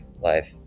life